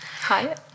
Hi